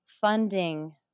funding